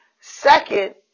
Second